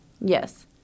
Yes